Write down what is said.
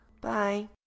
Bye